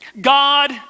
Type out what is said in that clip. God